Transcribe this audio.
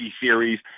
series